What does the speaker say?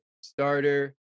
starter